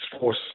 force